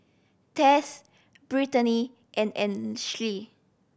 Tess Brittani and Ainsley